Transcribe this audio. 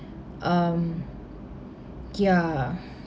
um ya